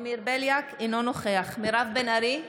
אינו נוכח מירב בן ארי,